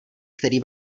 který